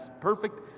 perfect